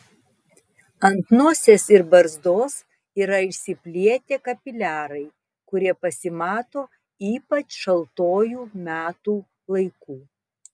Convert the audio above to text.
ant nosies ir barzdos yra išsiplėtę kapiliarai kurie pasimato ypač šaltuoju metų laiku